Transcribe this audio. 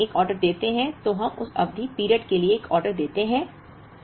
और जब हम एक ऑर्डर देते हैं तो हम उस अवधि पीरियड के लिए एक ऑर्डर देते हैं